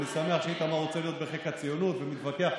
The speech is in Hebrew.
אני שמח שאיתמר רוצה להיות בחיק הציונות ומתווכח.